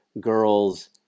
girls